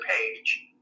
page